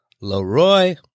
Leroy